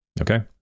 okay